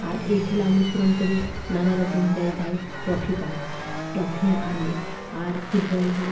আর এই খেলা অনুসরণ করে নানারকম জায়গায় ট্রফি পায় ট্রফি আনে আর ফুটবলে